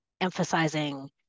emphasizing